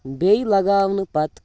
بیٚیہِ لَگاونہٕ پَتہٕ